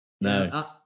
No